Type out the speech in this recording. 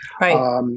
Right